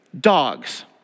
dogs